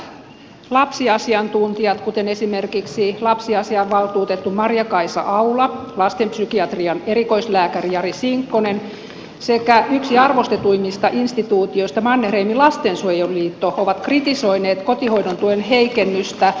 monet johtavat lapsiasiantuntijat kuten esimerkiksi lapsiasiavaltuutettu maria kaisa aula lastenpsykiatrian erikoislääkäri jari sinkkonen sekä yksi arvostetuimmista instituutioista mannerheimin lastensuojeluliitto ovat kritisoineet kotihoidon tuen heikennystä